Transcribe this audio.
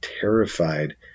terrified